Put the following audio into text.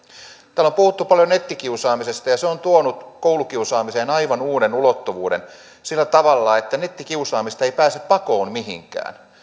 täällä on puhuttu paljon nettikiusaamisesta ja se on tuonut koulukiusaamiseen aivan uuden ulottuvuuden sillä tavalla että nettikiusaamista ei pääse pakoon mihinkään